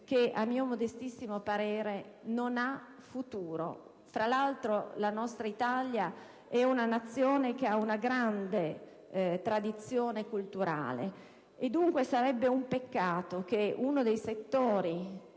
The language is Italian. a mio modestissimo parere, non ha futuro. Tra l'altro, la nostra Italia è una Nazione che ha una grande tradizione culturale. Sarebbe, dunque, un peccato se uno dei settori